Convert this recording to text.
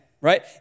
right